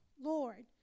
Lord